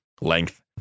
length